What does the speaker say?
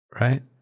Right